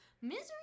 Misery